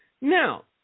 Now